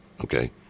Okay